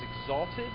exalted